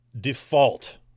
default